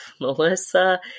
Melissa